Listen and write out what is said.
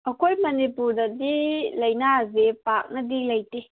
ꯑꯩꯈꯣꯏ ꯃꯅꯤꯄꯨꯔꯗꯗꯤ ꯂꯩꯅꯥꯁꯦ ꯄꯥꯛꯅꯗꯤ ꯂꯩꯇꯦ